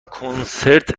کنسرت